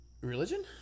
Religion